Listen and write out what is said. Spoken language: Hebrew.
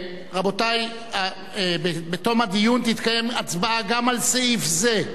רבותי, בתום הדיון תתקיים הצבעה גם על סעיף זה,